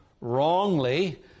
wrongly